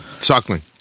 Suckling